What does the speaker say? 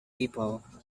people